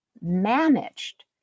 managed